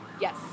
yes